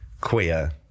queer